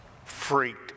Freaked